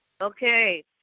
Okay